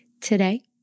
Today